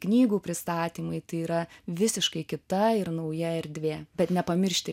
knygų pristatymai tai yra visiškai kita ir nauja erdvė bet nepamiršti